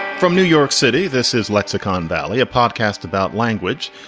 from new york city, this is lexicon valley, a podcast about language.